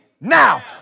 now